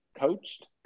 coached